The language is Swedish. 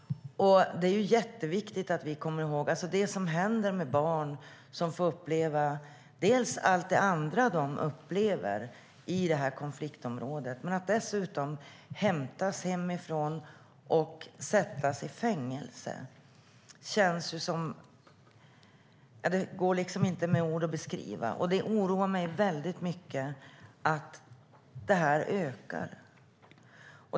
Det är jätteviktigt att vi tänker på vad som händer med de barn som får uppleva dels allt det andra som de upplever, dels att hämtas hemifrån och sättas i fängelse. Det går inte att beskriva. Det oroar mig mycket att det här ökar.